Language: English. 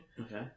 Okay